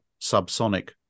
subsonic